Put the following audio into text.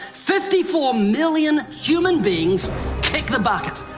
fifty four million human beings kick the bucket.